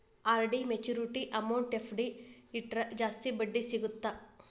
RD maturity amount FD ಇಟ್ರ ಜಾಸ್ತಿ ಬಡ್ಡಿ ಸಿಗತ್ತಾ